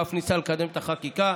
ואף ניסה לקדם את החקיקה,